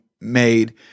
made